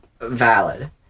valid